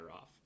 off